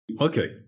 Okay